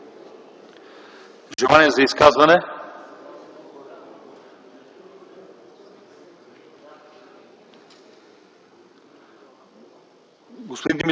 желание за изказвания?